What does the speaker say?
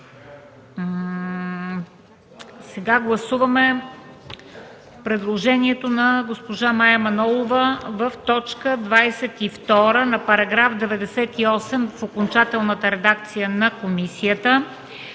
Гласуваме предложението на госпожа Мая Манолова в т. 22 на § 98 в окончателната редакция на комисията